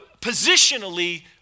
positionally